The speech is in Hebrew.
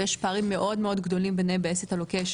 ויש פערים מאוד מאוד גדולים ביניהם ב- asset allocation,